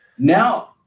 now